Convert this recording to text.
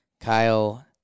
Kyle